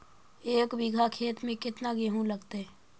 एक बिघा खेत में केतना गेहूं लगतै?